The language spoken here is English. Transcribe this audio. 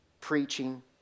preaching